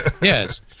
Yes